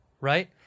right